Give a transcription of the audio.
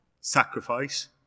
Sacrifice